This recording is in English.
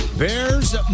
Bears